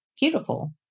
beautiful